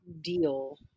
deal